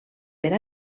per